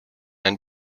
and